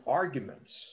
arguments